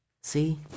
see